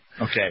Okay